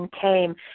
came